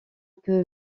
que